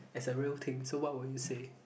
as a real thing so what will you say